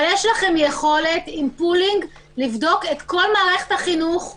אבל יש לכם יכולת עם פולינג לבדוק את כל מערכת החינוך ביומיים.